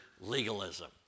legalism